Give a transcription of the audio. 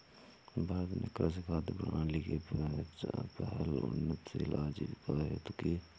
भारत ने कृषि खाद्य प्रणाली की पहल उन्नतशील आजीविका हेतु की